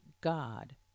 God